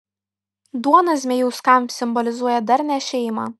duona zmejauskams simbolizuoja darnią šeimą